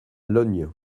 lognes